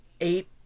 eight